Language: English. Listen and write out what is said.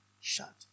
shut